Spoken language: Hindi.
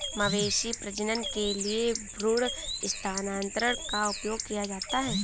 मवेशी प्रजनन के लिए भ्रूण स्थानांतरण का उपयोग किया जाता है